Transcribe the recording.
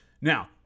Now